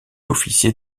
officier